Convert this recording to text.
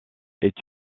est